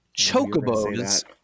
Chocobo's